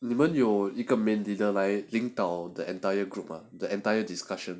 你们有一个 main leader 来领导 entire grouper the entire discussion